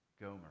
Gomer